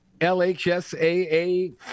LHSAA